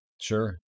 Sure